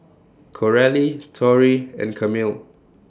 Coralie Tory and Camille